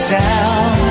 down